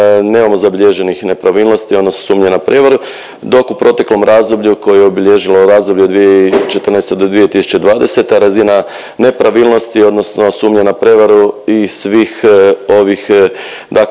nemamo zabilježenih nepravilnosti odnosno sumnje na prijevaru. Dok u proteklom razdoblju koje je obilježilo razdoblje 2014.-2020. razina nepravilnosti odnosno sumnje na prevaru i svih ovih